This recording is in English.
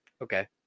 okay